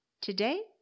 Today